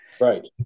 Right